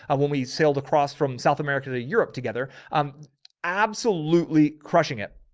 ah when we sailed across from south america to europe together, i'm absolutely crushing it.